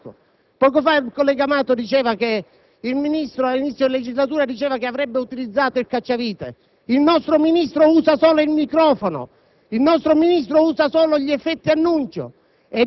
pochissimi minuti pure in assenza di un programma organico. Poco fa il collega Amato sosteneva che il Ministro, ad inizio legislatura, affermava che avrebbe utilizzato il cacciavite: il nostro Ministro usa solo il microfono